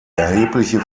erhebliche